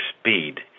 speed